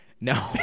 no